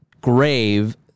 grave